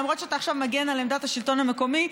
למרות שאתה עכשיו מגן על עמדת השלטון המקומי,